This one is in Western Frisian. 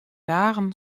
dagen